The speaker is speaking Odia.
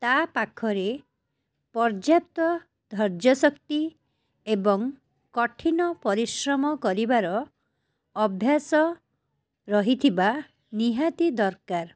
ତା ପାଖରେ ପର୍ଯ୍ୟାପ୍ତ ଧର୍ଯ୍ୟଶକ୍ତି ଏବଂ କଠିନ ପରିଶ୍ରମ କରିବାର ଅଭ୍ୟାସ ରହିଥିବା ନିହାତି ଦରକାର